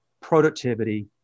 productivity